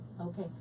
Okay